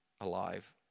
alive